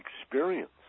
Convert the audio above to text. experience